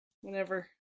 whenever